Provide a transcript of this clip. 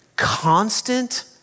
constant